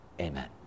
amen